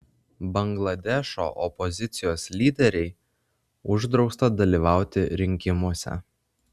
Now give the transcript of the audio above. bangladešo opozicijos lyderei uždrausta dalyvauti rinkimuose